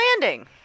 landing